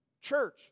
church